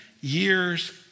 years